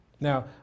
Now